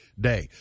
Day